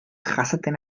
jasaten